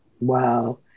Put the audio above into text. Wow